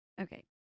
Okay